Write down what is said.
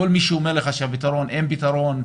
כל מי שאומר לך שאין פתרון,